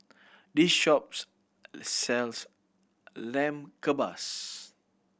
this shop sells Lamb Kebabs